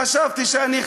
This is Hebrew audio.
חשבתי שאני,